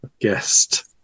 guest